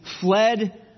fled